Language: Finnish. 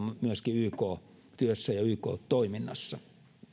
myöskin yk työssä ja yk toiminnassa